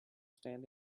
staying